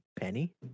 Penny